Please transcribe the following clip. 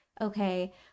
Okay